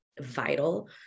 vital